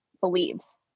believes